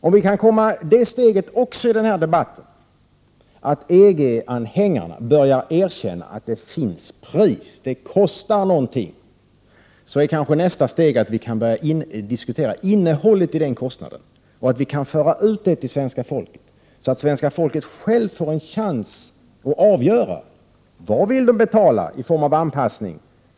Om vi kan ta det första steget, som innebär att EG-anhängarna börjar erkänna att det finns ett pris, att det kostar någonting, är kanske nästa steg att vi kan börja diskutera innehållet i den kostnaden och föra ut detta till svenska folket så att människor själva får en chans att avgöra vad de vill betala i form av anpassning.